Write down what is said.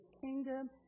kingdom